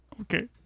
Okay